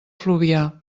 fluvià